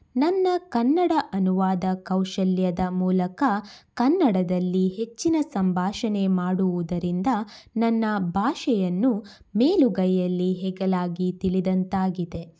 ನನ್ನ ಕನ್ನಡ ಅನುವಾದ ಕೌಶಲ್ಯದ ಮೂಲಕ ಕನ್ನಡದಲ್ಲಿ ಹೆಚ್ಚಿನ ಸಂಭಾಷಣೆ ಮಾಡುವುದರಿಂದ ನನ್ನ ಭಾಷೆಯನ್ನು ಮೇಲುಗೈಯಲ್ಲಿ ಹೆಗಲಾಗಿ ತಿಳಿದಂತಾಗಿದೆ